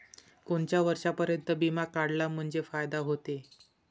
कोनच्या वर्षापर्यंत बिमा काढला म्हंजे फायदा व्हते?